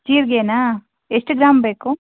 ಜೀರಿಗೆನಾ ಎಷ್ಟು ಗ್ರಾಂ ಬೇಕು